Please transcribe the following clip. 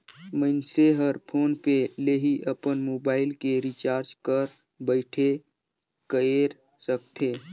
मइनसे हर फोन पे ले ही अपन मुबाइल के रिचार्ज घर बइठे कएर सकथे